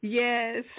yes